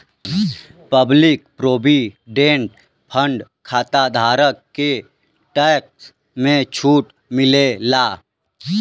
public provident fund खाताधारक के tax में छूट मिलला